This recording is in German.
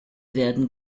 werden